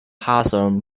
hawthorn